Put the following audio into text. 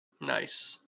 Nice